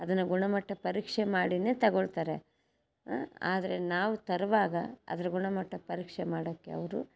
ಅದನ್ನು ಗುಣಮಟ್ಟ ಪರೀಕ್ಷೆ ಮಾಡಿನೇ ತಗೊಳ್ತಾರೆ ಆದರೆ ನಾವು ತರುವಾಗ ಅದರ ಗುಣಮಟ್ಟ ಪರೀಕ್ಷೆ ಮಾಡೋಕ್ಕೆ ಅವರು